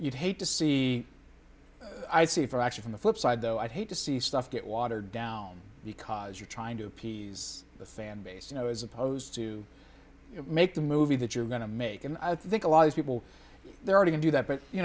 you'd hate to see i see it for actually from the flip side though i'd hate to see stuff get watered down because you're trying to appease the fan base you know as opposed to make the movie that you're going to make and i think a lot of people there are to do that but you